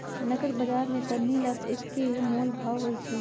नगद बजार में सभनि ला एक्के मोलभाव होई छई